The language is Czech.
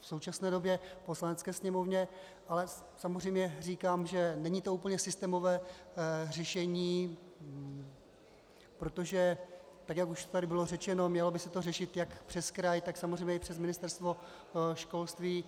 V současné době v Poslanecké sněmovně ale samozřejmě říkám, že to není úplně systémové řešení, protože tak jak už tady bylo řečeno, mělo by se to řešit jak přes kraj, tak i přes Ministerstvo školství.